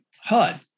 HUD